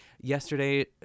Yesterday